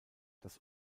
das